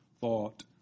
thought